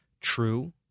True